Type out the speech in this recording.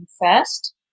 first